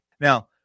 Now